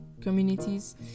communities